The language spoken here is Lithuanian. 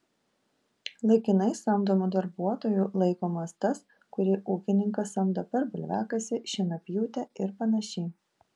laikinai samdomu darbuotoju laikomas tas kurį ūkininkas samdo per bulviakasį šienapjūtę ir panašiai